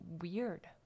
weird